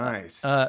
Nice